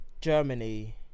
Germany